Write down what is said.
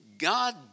God